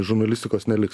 žurnalistikos neliks